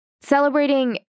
celebrating